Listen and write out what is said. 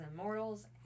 Immortals